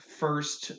first